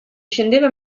scendeva